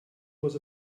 was